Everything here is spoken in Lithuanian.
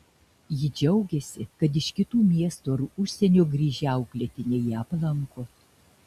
ji džiaugiasi kad iš kitų miestų ar užsienio grįžę auklėtiniai ją aplanko